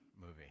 movie